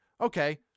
Okay